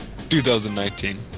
2019